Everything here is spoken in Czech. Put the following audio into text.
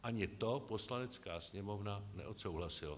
Ani to Poslanecká sněmovna neodsouhlasila.